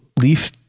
leaf